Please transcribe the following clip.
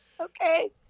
Okay